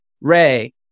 Ray